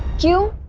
you